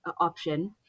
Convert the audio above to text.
option